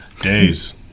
days